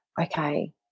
okay